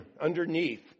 underneath